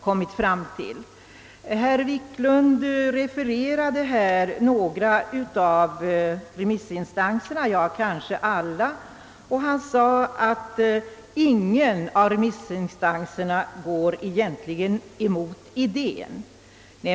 Herr Wiklund i Stockholm refererade här några av remissinstanserna, ja kanske alla, och han sade att ingen av dessa instanser egentligen går emot idén.